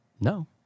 No